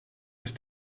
ist